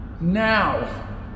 Now